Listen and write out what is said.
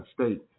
state